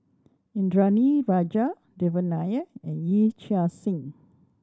Indranee Rajah Devan Nair and Yee Chia Hsing